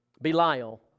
Belial